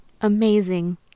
Amazing